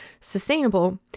sustainable